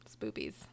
Spoopies